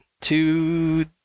two